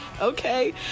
okay